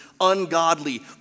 ungodly